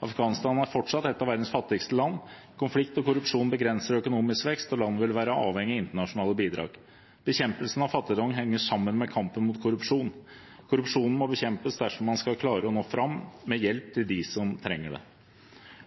Afghanistan er fortsatt et av verdens fattigste land. Konflikt og korrupsjon begrenser økonomisk vekst, og landet vil være avhengig av internasjonale bidrag. Bekjempelsen av fattigdom henger sammen med kampen mot korrupsjon. Korrupsjonen må bekjempes dersom man skal klare å nå fram med hjelp til dem som trenger det.